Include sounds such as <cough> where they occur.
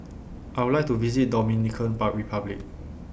I Would like to visit Dominican <unintelligible> Republic